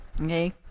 Okay